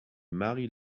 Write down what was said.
marie